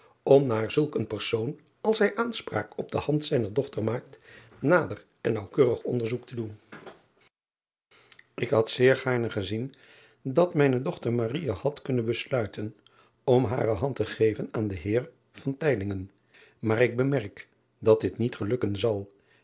om naar zulk een persoon als hij aanspraak op de hand zijner dochter maakt nader en naauwkeuriger onderzoek te doen k had zeer gaarne gezien dat mijne dochter had kunnen besluiten om hare hand te geven aan den eer maar ik bemerk dat dit niet gelukken zal